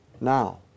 now